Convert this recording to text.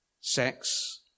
sex